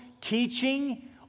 teaching